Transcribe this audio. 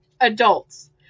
adults